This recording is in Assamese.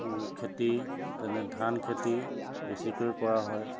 খেতি যেনে ধান খেতি বেছিকৈ কৰা হয়